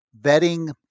vetting